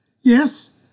Yes